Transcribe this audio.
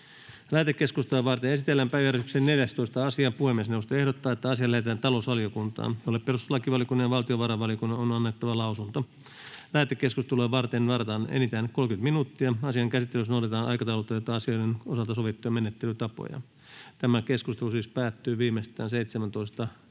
Lähetekeskustelua varten esitellään päiväjärjestyksen 14. asia. Puhemiesneuvosto ehdottaa, että asia lähetetään talousvaliokuntaan, jolle perustuslakivaliokunnan ja valtiovarainvaliokunnan on annettava lausunto. Lähetekeskusteluun varataan enintään 30 minuuttia. Asian käsittelyssä noudatetaan aikataulutettujen asioiden osalta sovittuja menettelytapoja. Tämä keskustelu siis päättyy viimeistään kello 17.38.